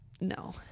No